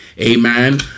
Amen